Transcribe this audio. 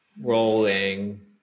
rolling